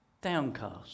downcast